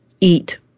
eat